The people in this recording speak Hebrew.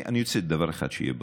אני רוצה דבר אחד שיהיה ברור: